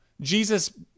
Jesus